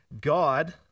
God